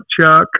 Chuck